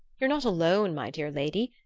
you're not alone, my dear lady.